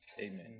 amen